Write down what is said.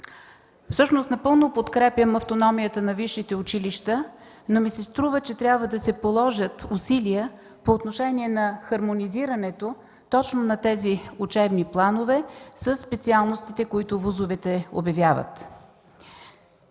Всъщност напълно подкрепям автономията на висшите училища, но ми се струва, че трябва да се положат усилия по отношение на хармонизирането точно на тези учебни планове със специалностите, които ВУЗ-овете обявяват.